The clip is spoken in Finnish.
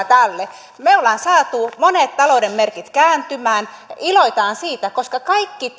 tälle me olemme saaneet monet talouden merkit kääntymään iloitaan siitä koska kaikki